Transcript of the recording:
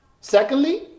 Secondly